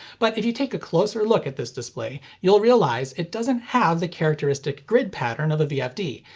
but, if you take a closer look at this display, you'll realize it doesn't have the characteristic grid pattern of a vfd,